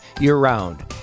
year-round